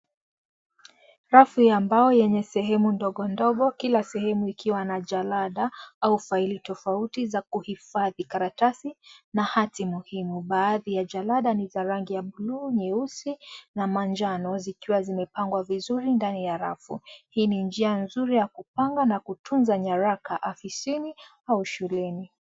Rafu ya mbao yenye sehemu ndogo ndogo kila sehemu ikiwa na jalada au faili tofauti za kuhifashi karatasi na hati muhimu . Baadhi ya jalada ni za rangi ya bluu, nyeusi na manjano zikiwa zimepangwa vizuri ndani ya rafu. Hii ni njia nzuri ya kupanga na kutunza nyaraka afisini au shuleni.